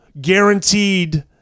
guaranteed